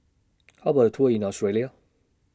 How about A Tour in Australia